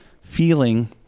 feeling